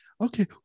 okay